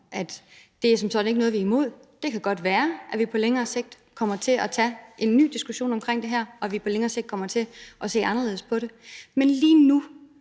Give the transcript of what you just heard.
at det som sådan ikke er noget, vi er imod. Det kan godt være, at vi på længere sigt kommer til at tage en ny diskussion omkring det her, og at vi på længere sigt kommer til at se anderledes på det, man lige nu